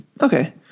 Okay